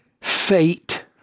fate